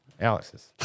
Alex's